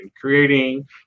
creating